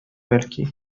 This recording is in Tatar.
бәлки